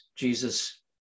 Jesus